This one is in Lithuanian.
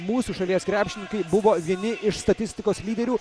mūsų šalies krepšininkai buvo vieni iš statistikos lyderių